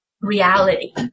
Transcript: reality